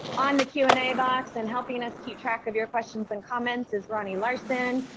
on the q and a box and helping us keep track of your questions and comments is ronnie larson.